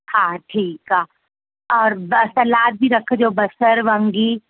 हा ठीकु आहे और सलाद बि रखिजो बसर वङी